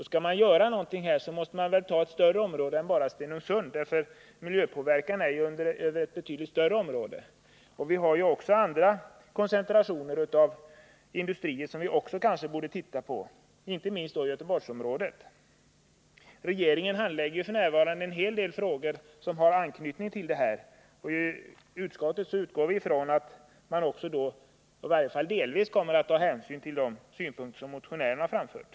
Skall man göra någonting måste man väl ta ett större område än bara Stenungsund, för miljöpåverkan sker över ett betydligt större område. Vi har ju också andra koncentrationer av industrier som vi borde se på, inte minst då i Göteborgsområdet. Regeringen handlägger f. n. en hel del frågor som har anknytning till detta, och i utskottet utgår vi från att man i varje fall delvis kommer att ta hänsyn till de synpunkter som Nr 49 motionärerna framfört.